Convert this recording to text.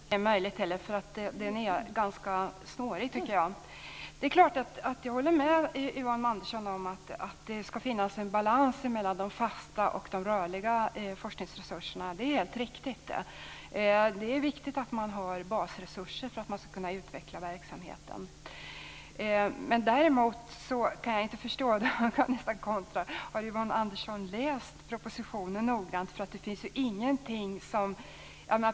Fru talman! Nej, jag tror inte heller att det är möjligt. Den är ganska snårig, tycker jag. Jag håller förstås med Yvonne Andersson om att det ska finnas en balans mellan de fasta och de rörliga forskningsresurserna. Det är helt riktigt. Det är viktigt att ha basresurser för att man ska kunna utveckla verksamheten. Däremot kan jag kontra: Har Yvonne Andersson läst propositionen noggrant?